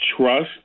Trust